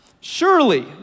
Surely